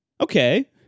okay